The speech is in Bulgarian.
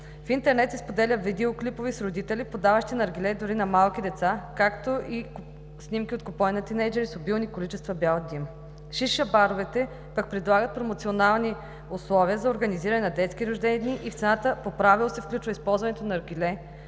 В интернет се споделят видеоклипове с родители, подаващи наргиле дори на малки деца, както и снимки от купони на тийнейджъри с обилни количества бял дим. ShiSha баровете пък предлагат промоционални условия за организиране на детски рождени дни и в цената по правило се включва използването на наргиле